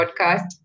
podcast